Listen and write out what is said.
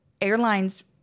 airlines